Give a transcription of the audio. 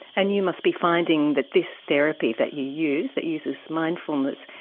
and you must be finding that this therapy that you use, that uses mindfulness,